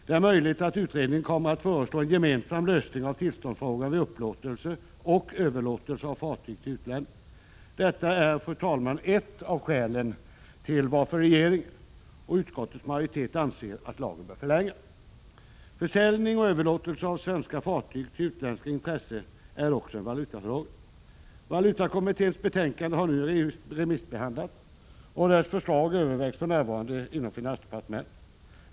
Det är möjligt att utredningen kommer att föreslå en gemensam lösning av tillståndsfrågan vid upplåtelse och överlåtelse av fartyg till utlänning. Detta är, fru talman, ett av skälen till att regeringen och utskottets majoritet anser att lagen bör förlängas. Försäljning och överlåtelse av svenska fartyg till utländska intressen är också en valutafråga. Valutakommitténs betänkande har nu remissbehandlats och dess förslag övervägs för närvarande inom finansdepartementet.